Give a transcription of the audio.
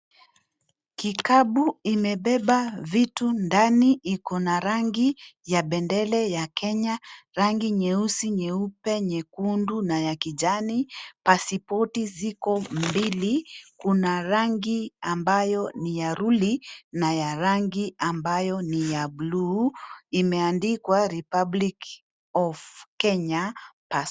Kikapu imebeba vitu ndani ikona rangi ya bendera ya Kenya, rangi nyeusi, nyeupe, nyekundu, na ya kijani. Pasipoti ziko mbili. Kuna rangi ambayo niya ruli na ya rangi ambayo ni ya buluu. Imeandikwa Republic of Kenya Passport .